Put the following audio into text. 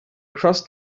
crossed